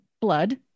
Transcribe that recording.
blood